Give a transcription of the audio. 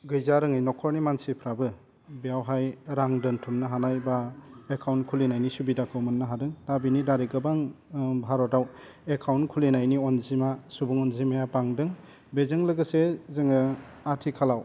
गैजा रोङै नखरनि मानसिफ्राबो बेवहाय रां दोन्थुमनो हानाय बा एकाउन्ट खुलिनायनि सुबिदाखौ मोन्नो हादों दा बिनि दारै गोबां ओह भारताव एकाउन्ट खुलिनायनि अनजिमा सुबुं नजिमाया बांदों बेजों लोगोसे जोङो आथिखालाव